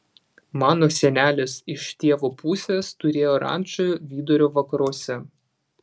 mano senelis iš tėvo pusės turėjo rančą vidurio vakaruose